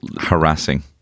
Harassing